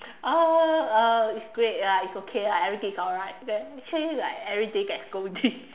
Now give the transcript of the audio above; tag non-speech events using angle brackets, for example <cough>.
oh uh it's great lah it's okay lah everything is alright actually everyday got scolding <laughs>